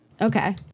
Okay